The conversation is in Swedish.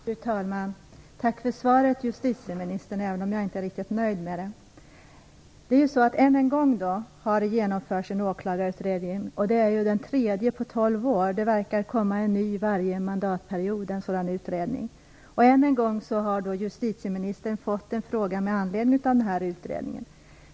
Fru talman! Tack för svaret, justitieministern, även om jag inte är riktigt nöjd med det. Än en gång har det genomförts en åklagarutredning. Det är den tredje på tolv år. Det verkar komma en ny sådan utredning varje mandatperiod, och återigen har justitieministern fått en fråga med anledning av utredningen.